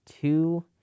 two